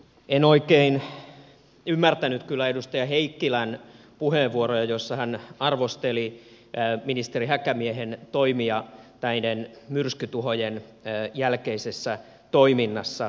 en oikein ymmärtänyt kyllä edustaja heikkilän puheenvuoroa jossa hän arvosteli ministeri häkämiehen toimia näiden myrskytuhojen jälkeisessä toiminnassa